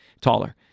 taller